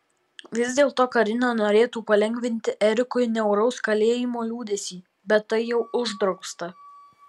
vis dėlto karina norėtų palengvinti erikui niauraus kalėjimo liūdesį bet tai jau uždrausta